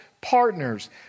partners